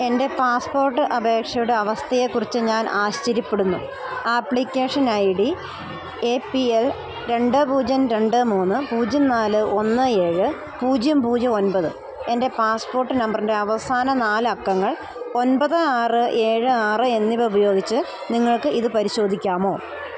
എൻറ്റെ പാസ്പ്പോട്ട് അപേക്ഷയുടെ അവസ്ഥയെക്കുറിച്ച് ഞാൻ ആശ്ചര്യപ്പെടുന്നു ആപ്ലിക്കേഷന് I D A P L രണ്ട് പൂജ്യം രണ്ട് മൂന്ന് പൂജ്യം നാല് ഒന്ന് ഏഴ് പൂജ്യം പൂജ്യം ഒൻപത് എൻറ്റെ പാസ്പ്പോട്ട് നമ്പറിന്റെ അവസാന നാലക്കങ്ങൾ ഒൻപത് ആറ് ഏഴ് ആറ് എന്നിവയുപയോഗിച്ച് നിങ്ങൾക്കിത് പരിശോധിക്കാമോ